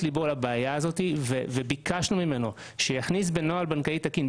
ליבו לבעיה הזאת וביקשנו ממנו שיכניס בנוהל בנקאי תקין,